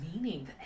meaning